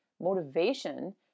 motivation